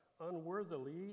unworthily